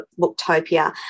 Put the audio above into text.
booktopia